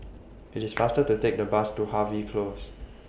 IT IS faster to Take The Bus to Harvey Close